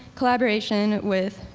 collaboration with